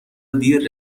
دیر